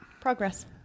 Progress